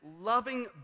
loving